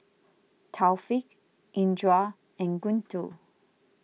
Taufik Indra and Guntur